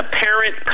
apparent